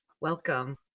Welcome